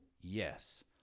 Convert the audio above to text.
yes